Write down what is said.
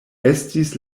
estis